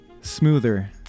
smoother